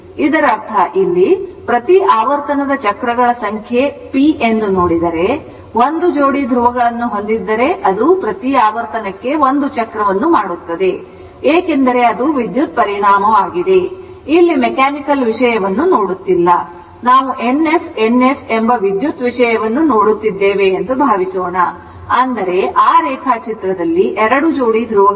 ಇದರರ್ಥ ಇಲ್ಲಿ ಪ್ರತಿ ಆವರ್ತನದ ಚಕ್ರಗಳ ಸಂಖ್ಯೆ p ಎಂದು ನೋಡಿದರೆ 1 ಜೋಡಿ ಧ್ರುವಗಳನ್ನು ಹೊಂದಿದ್ದರೆ ಅದು ಪ್ರತಿ ಆವರ್ತನಕ್ಕೆ 1 ಚಕ್ರವನ್ನು ಮಾಡುತ್ತದೆ ಏಕೆಂದರೆ ಅದು ವಿದ್ಯುತ್ ಪ್ರಮಾಣವಾಗಿದೆ ಇಲ್ಲಿ ಮೆಕಾನಿಕಲ್ ವಿಷಯವನ್ನು ನೋಡುತ್ತಿಲ್ಲ ನಾವು N S N S ಎಂಬ ವಿದ್ಯುತ್ ವಿಷಯವನ್ನು ನೋಡುತ್ತಿದ್ದೇವೆ ಎಂದು ಭಾವಿಸೋಣ ಅಂದರೆ ಆ ರೇಖಾಚಿತ್ರದಲ್ಲಿ 2 ಜೋಡಿ ಧ್ರುವಗಳಿವೆ